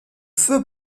feu